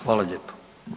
Hvala lijepa.